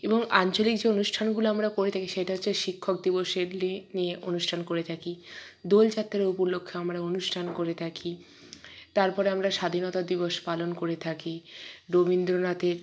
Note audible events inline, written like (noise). এবং আঞ্চলিক যে অনুষ্ঠানগুলো আমরা করে থাকি সেইটা হচ্ছে শিক্ষক দিবসের লি (unintelligible) নিয়ে অনুষ্ঠান করে থাকি দোলযাত্রা উপলক্ষে আমরা অনুষ্ঠান করে থাকি তারপর আমরা স্বাধীনতা দিবস পালন করে থাকি রবীন্দ্রনাথের